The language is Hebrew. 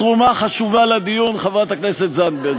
תרמת תרומה חשובה לדיון, חברת הכנסת זנדברג.